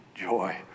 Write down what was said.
Joy